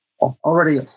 already